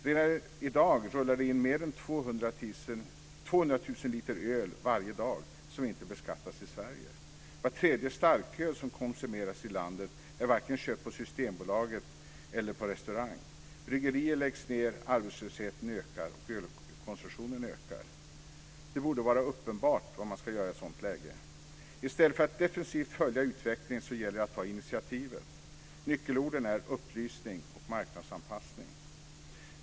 Redan i dag rullar det in mer än 200 000 liter öl varje dag som inte beskattas i Sverige. Var tredje starköl som konsumeras i landet är varken köpt på Systembolaget eller på restaurang. Bryggerier läggs ned, arbetslösheten ökar och ölkonsumtionen ökar. Det borde vara uppenbart vad man ska göra i ett sådant läge. I stället för att defensivt följa utvecklingen gäller det att ta initiativet. Nyckelorden är upplysning och marknadsanpassning.